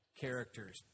characters